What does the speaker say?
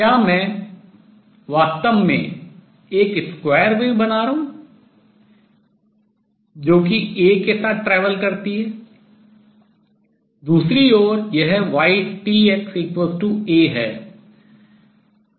क्या मैं वास्तव में एक square wave वर्ग तरंग बना रहा हूँ जो कि A के साथ travel यात्रा करती है